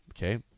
Okay